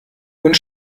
und